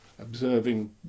observing